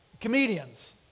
comedians